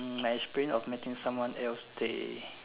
of making someone else stay